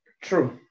True